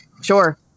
Sure